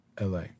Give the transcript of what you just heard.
LA